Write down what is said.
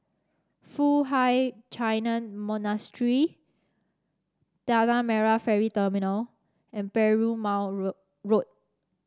Foo Hai Ch'an Monastery Tanah Merah Ferry Terminal and Perumal Road Road